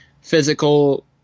physical